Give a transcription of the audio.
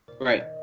right